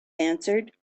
answered